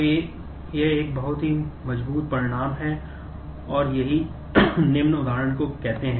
तो यह एक बहुत ही मजबूत परिणाम है और यही निम्न उदाहरण को कहते हैं